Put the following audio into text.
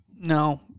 No